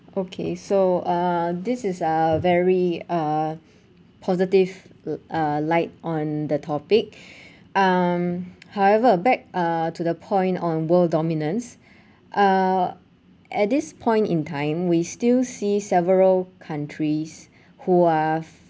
okay so uh this is uh very uh positive uh light on the topic um however back uh to the point on world dominance uh at this point in time we still see several countries who are